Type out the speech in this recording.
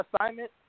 assignment